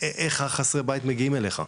איך חסרי הבית מגיעים אליך?